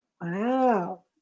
Wow